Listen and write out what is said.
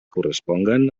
corresponguen